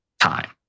time